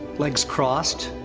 legs crossed.